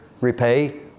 repay